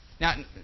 Now